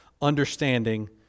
understanding